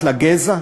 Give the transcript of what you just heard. מתחת לגזע?